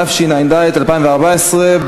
התשע"ד 2014,